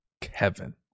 Kevin